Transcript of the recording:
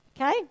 Okay